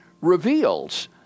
reveals